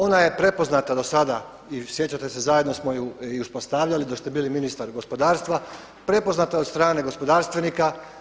Ona je prepoznata do sada i sjećate se, zajedno smo je i uspostavljali dok ste bili ministar gospodarstva, prepoznata od strane gospodarstvenika.